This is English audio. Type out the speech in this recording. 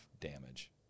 damage